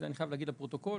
אני חייב להגיד לפרוטוקול.